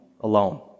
alone